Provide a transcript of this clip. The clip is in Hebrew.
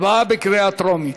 הצבעה בקריאה טרומית.